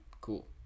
Cool